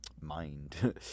mind